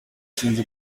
sinzi